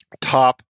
top